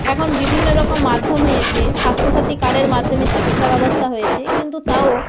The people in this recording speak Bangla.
এখন বিভিন্ন রকম মাধ্যম হয়েছে স্বাস্থ্যসাথী কার্ডের মাধ্যমে চিকিৎসা ব্যবস্থা হয়েছে কিন্তু তাও